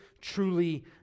truly